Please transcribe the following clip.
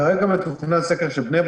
כדי לנתח בדיוק את גורמי הסיכון אצלנו